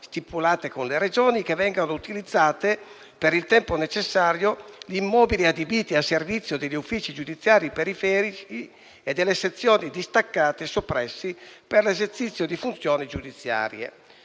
stipulate con le Regioni, che vengano utilizzati, per il tempo necessario, gli immobili adibiti a servizio degli uffici giudiziari periferici e delle sezioni distaccate soppressi per l'esercizio di funzioni giudiziarie.